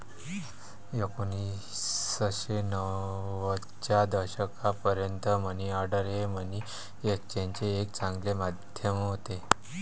एकोणीसशे नव्वदच्या दशकापर्यंत मनी ऑर्डर हे मनी एक्सचेंजचे एक चांगले माध्यम होते